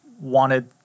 wanted